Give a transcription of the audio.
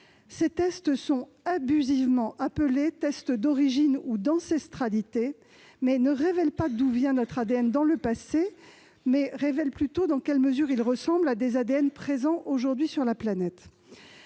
Ces tests sont abusivement appelés tests d'origine ou d'ancestralité, mais ne révèlent pas d'où vient notre ADN dans le passé. Ils révèlent plutôt dans quelle mesure il ressemble à des ADN présents aujourd'hui sur la planète.